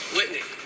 Whitney